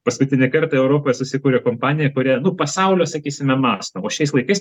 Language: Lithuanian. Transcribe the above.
paskutinį kartą europoje susikūrė kompanija kuria nu pasaulio sakysime mąsto o šiais laikais